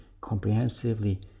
comprehensively